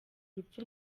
urupfu